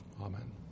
Amen